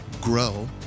Grow